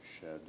shed